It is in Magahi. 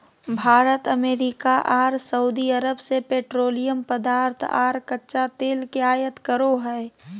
भारत अमेरिका आर सऊदीअरब से पेट्रोलियम पदार्थ आर कच्चा तेल के आयत करो हय